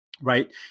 right